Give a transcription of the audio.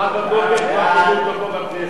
מחר בבוקר,